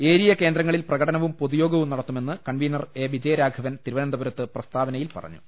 area കേന്ദ്രങ്ങളിൽ പ്രകടനവും പൊതുയോഗവും നടത്തുമെന്ന് കൺവീനർ എം വിജയരാഘവൻ തിരുവനന്തപുരത്ത് പ്രസ്താവ നയിൽ പറഞ്ഞു